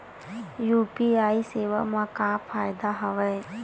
UPI सेवा मा का फ़ायदा हवे?